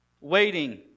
waiting